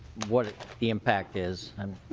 what the impact is. um